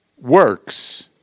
works